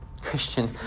Christian